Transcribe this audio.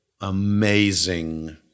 amazing